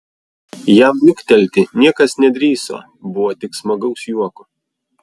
jam niuktelti niekas nedrįso buvo tik smagaus juoko